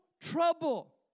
trouble